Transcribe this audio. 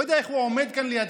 לא יודע איך הוא עומד כאן לידך,